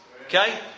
Okay